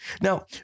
Now